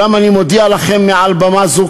אולם אני מודיע לכם מעל במה זו,